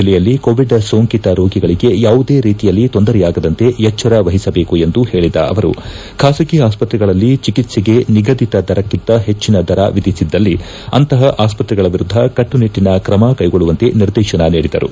ಜಿಲ್ಲೆಯಲ್ಲಿ ಕೋವಿಡ್ ಸೋಂಕಿತ ರೋಗಿಗಳಿಗೆ ಯಾವುದೇ ರೀತಿಯಲ್ಲಿ ತೊಂದರೆಯಾಗದಂತೆ ಎಚ್ಚರವಹಿಸಬೇಕೆಂದು ಹೇಳದ ಅವರು ಖಾಸಗಿ ಆಸ್ತತ್ರಗಳಲ್ಲಿ ಚಿಕಿತ್ಸೆಗೆ ನಿಗದಿತ ದರಕ್ಕಿಂತ ಹೆಚ್ಚಿನ ದರ ವಿಧಿಸಿದ್ದಲ್ಲಿ ಅಂತಹ ಆಸ್ಪತ್ರೆಗಳ ವಿರುದ್ದ ಕಟ್ಟುನಿಟ್ಟನ ಕ್ರಮಕೈಗೊಳ್ಳುವಂತೆ ನಿರ್ದೇಶನ ನೀಡಿದರು